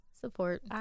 support